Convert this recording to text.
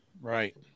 Right